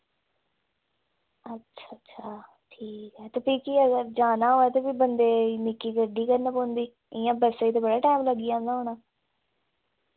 अच्छा अच्छा ठीक ऐ ते फ्ही कि अगर जाना होऐ ते फ्ही बंदे गी निक्की गड्डी करने पौंदी इ'यां बस्सै ते बड़ा टैम लग्गी जंदा होना